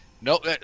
nope